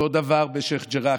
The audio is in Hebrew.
אותו הדבר בשייח' ג'ראח,